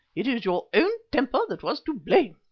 it is your own temper that was to blame.